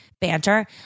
banter